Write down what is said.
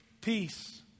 peace